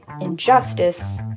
injustice